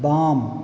बाम